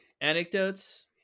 Anecdotes